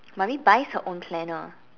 mummy buys her own planner